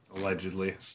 Allegedly